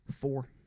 four